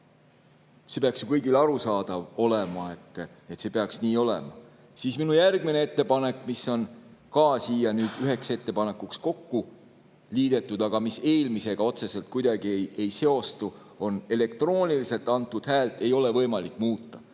See peaks ju kõigile arusaadav olema, et see peaks nii olema. Minu järgmine ettepanek, mis on ka nüüd [teistega] üheks ettepanekuks kokku liidetud, aga mis eelmisega otseselt kuidagi ei seostu: elektrooniliselt antud häält ei ole võimalik muuta.